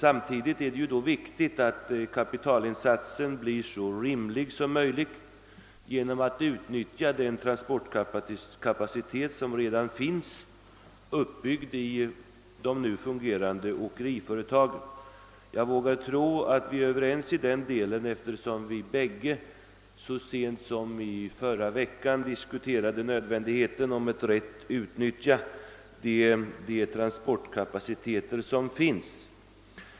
Samtidigt är det dock viktigt att kapitalinsatsen blir så rimlig som möjligt genom att man utnyttjar den transportkapacitet som redan finns uppbyggd i de nu fungerande åkeriföretagen. Jag vågar också tro att vi är överens i den delen, med hänsyn till den diskussion vi så sent som förra veckan förde om möjligheten att rätt utnyttja den transportkapacitet som finns.